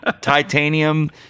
titanium